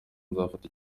nzafata